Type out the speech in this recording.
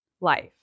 life